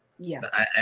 Yes